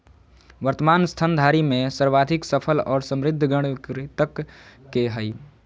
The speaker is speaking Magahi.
वर्तमान स्तनधारी में सर्वाधिक सफल और समृद्ध गण कृंतक के हइ